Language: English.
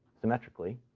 symmetrically,